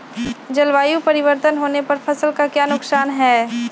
जलवायु परिवर्तन होने पर फसल का क्या नुकसान है?